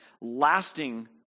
lasting